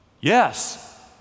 Yes